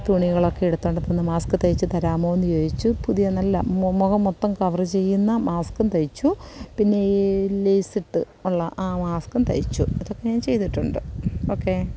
തുണികളൊക്കെ എടുത്തു കൊണ്ട് തന്നു മാസ്ക് തയ്ച്ചു തരാമോ എന്നു ചോദിച്ചു പുതിയ നല്ല മൊ മുഖം മൊത്തം കവർ ചെയ്യുന്ന മാസ്കും തയ്ച്ചു പിന്നെ ഈ ലേസ് ഇട്ട് ഉള്ള ആ മാസ്കും തയ്ച്ചു ഇതൊക്കെ ഞാൻ ചെയ്തിട്ടുണ്ട് ഓക്കേ